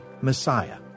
Messiah